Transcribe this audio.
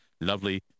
lovely